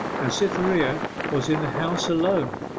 and cytherea was in the house alone.